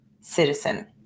citizen